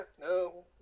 no